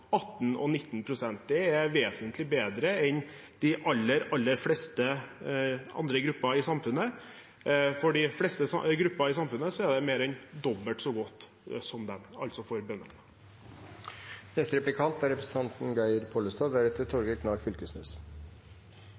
18 pst. og 19 pst. Det er vesentlig bedre enn de aller fleste andre grupper i samfunnet – sammenliknet med de fleste grupper i samfunnet er det mer enn dobbelt så godt.